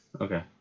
Okay